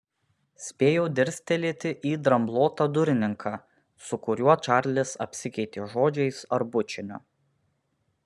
spėjau dirstelėti į dramblotą durininką su kuriuo čarlis apsikeitė žodžiais ar bučiniu